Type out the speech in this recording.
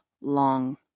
long